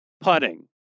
putting